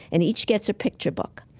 and each gets a picture book.